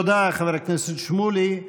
תודה, חבר הכנסת שמולי.